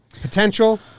Potential